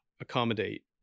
accommodate